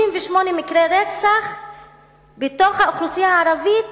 58 מקרי רצח בתוך האוכלוסייה הערבית